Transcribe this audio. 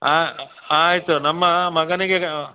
ಹಾಂ ಆಯಿತು ನಮ್ಮ ಮಗನಿಗೆ